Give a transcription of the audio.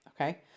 Okay